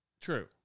True